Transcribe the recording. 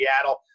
Seattle